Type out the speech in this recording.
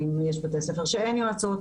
ואם יש בתי ספר שאין יועצות?